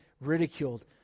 ridiculed